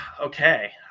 Okay